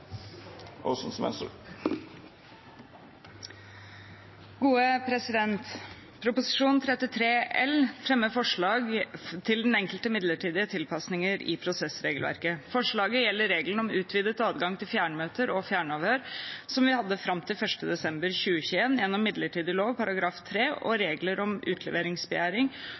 33 L for 2021–2022 fremmer forslag til enkelte midlertidige tilpasninger i prosessregelverket. Forslaget gjelder regelen om utvidet adgang til fjernmøter og fjernavhør, som vi hadde fram til 1. desember 2021 gjennom midlertidig lov § 3, og regler om